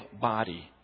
body